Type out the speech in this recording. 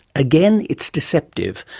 again, it's deceptive,